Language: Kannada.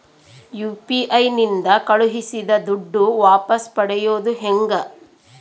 ಯು.ಪಿ.ಐ ನಿಂದ ಕಳುಹಿಸಿದ ದುಡ್ಡು ವಾಪಸ್ ಪಡೆಯೋದು ಹೆಂಗ?